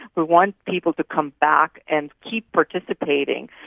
we want people to come back and keep participating.